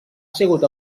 sigut